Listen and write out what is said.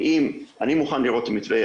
אני מוכן לראות את המתווה,